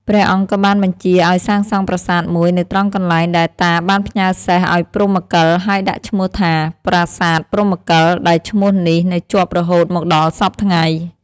ព្រះអង្គក៏បានបញ្ជាឱ្យសាងសង់ប្រាសាទមួយនៅត្រង់កន្លែងដែលតាបានផ្ញើសេះឱ្យព្រហ្មកិល ហើយដាក់ឈ្មោះថា "ប្រាសាទព្រហ្មកិល" ដែលឈ្មោះនេះនៅជាប់រហូតមកដល់សព្វថ្ងៃ ។